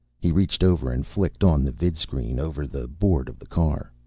he reached over and flicked on the vidscreen over the board of the car.